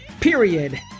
period